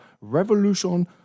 Revolution